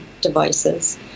devices